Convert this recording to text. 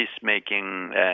peacemaking